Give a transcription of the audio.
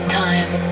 time